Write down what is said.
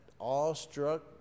awestruck